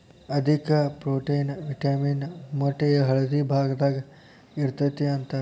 ಅಧಿಕ protein, vitamin ಮೊಟ್ಟೆಯ ಹಳದಿ ಭಾಗದಾಗ ಇರತತಿ ಅಂತಾರ